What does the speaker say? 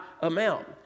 amount